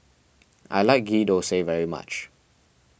I like Ghee Thosai very much